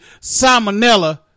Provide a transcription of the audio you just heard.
salmonella